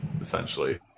essentially